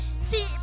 See